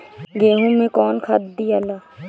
गेहूं मे कौन खाद दियाला?